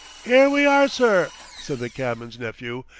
ere we are, sir, said the cabman's nephew,